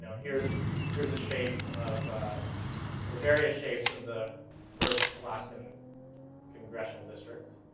here is here is a shape of or various shapes of the first alaskan congressional district.